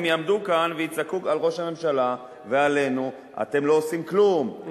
הם יעמדו כאן ויצעקו על ראש הממשלה ועלינו: אתם לא עושים כלום,